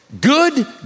good